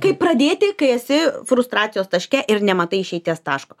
kaip pradėti kai esi frustracijos taške ir nematai išeities taško